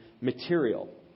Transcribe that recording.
material